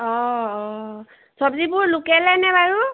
অঁ অঁ চব্জিবোৰ লোকেলে নে বাৰু